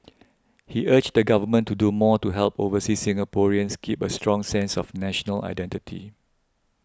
he urged the Government to do more to help overseas Singaporeans keep a strong sense of national identity